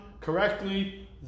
correctly